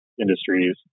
industries